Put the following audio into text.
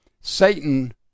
Satan